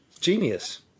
genius